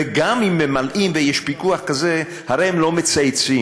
וגם אם ממלאים, ויש פיקוח כזה, הרי הם לא מצייצים,